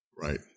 Right